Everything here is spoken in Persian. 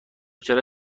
چرا